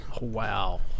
Wow